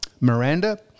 Miranda